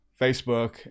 facebook